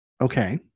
Okay